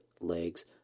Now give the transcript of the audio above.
legs